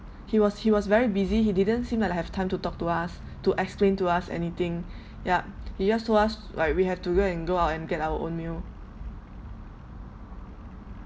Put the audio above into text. he was he was very busy he didn't seem like like have time to talk to us to explain to us anything yup he just told us like we have to go and go out and get our own meal